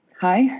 Hi